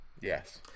Yes